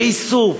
לאיסוף,